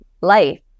life